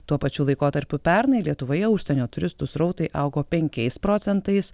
tuo pačiu laikotarpiu pernai lietuvoje užsienio turistų srautai augo penkiais procentais